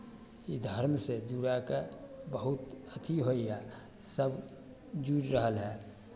ई धर्मसँ जुड़यके बहुत अथी होइए सभ जुड़ि रहल हए